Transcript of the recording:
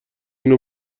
اینو